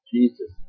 Jesus